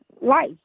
life